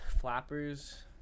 flappers